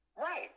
Right